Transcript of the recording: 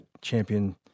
champion